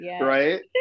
Right